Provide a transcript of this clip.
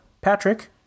Patrick